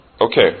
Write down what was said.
Okay